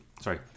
Sorry